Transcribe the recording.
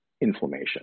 inflammation